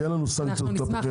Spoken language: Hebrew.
יהיו לנו סנקציות כלפיכם.